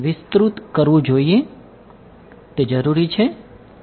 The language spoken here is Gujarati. તે જરૂરી છે